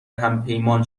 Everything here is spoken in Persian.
همپیمان